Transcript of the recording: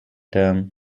term